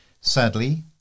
Sadly